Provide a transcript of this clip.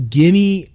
Guinea